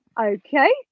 Okay